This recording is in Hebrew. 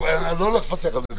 לא נפתח על זה דיון נוסף.